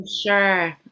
sure